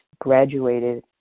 graduated